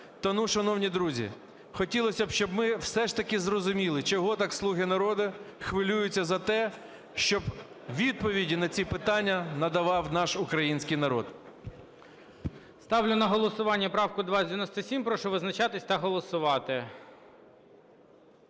Тому, шановні друзі, хотілося б, щоб ми все ж таки зрозуміли, чого так "слуги народу" хвилюються за те, щоб відповіді на ці питання надавав наш український народ. ГОЛОВУЮЧИЙ. Ставлю на голосування правку 2097. Прошу визначатись та голосувати.